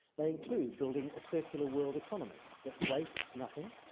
they include building a circular world economy that wastes nothing,